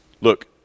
Look